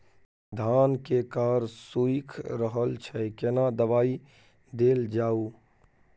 धान के कॉर सुइख रहल छैय केना दवाई देल जाऊ?